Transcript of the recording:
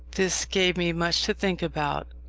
this gave me much to think about.